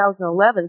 2011